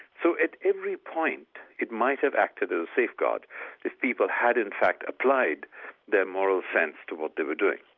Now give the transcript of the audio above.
so at every point, it might have acted as a safeguard if people had in fact applied their moral sense to what they were doing.